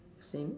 same